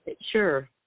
sure